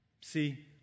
see